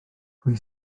pwy